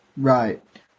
Right